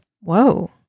Whoa